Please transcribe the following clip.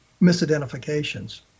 misidentifications